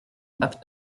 bapt